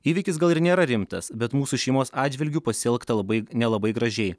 įvykis gal ir nėra rimtas bet mūsų šeimos atžvilgiu pasielgta labai nelabai gražiai